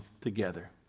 together